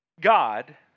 God